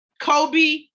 Kobe